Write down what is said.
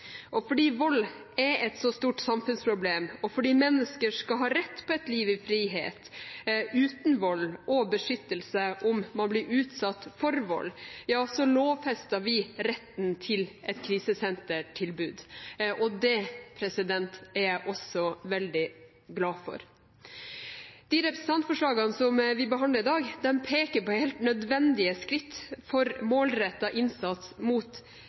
Fordi vold er et så stort samfunnsproblem, og fordi mennesker skal ha rett til et liv i frihet uten vold og med beskyttelse mot å bli utsatt for vold, lovfester vi retten til et krisesentertilbud. Det er jeg også veldig glad for. Representantforslagene vi behandler i dag, peker på helt nødvendige skritt for målrettet innsats, særlig mot